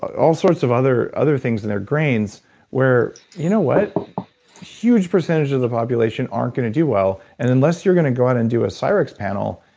all sorts of other other things, and there are grains where you know what? a huge percentage of the population aren't going to do well, and unless you're going to go out and do a cyrex panel,